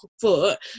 foot